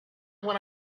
when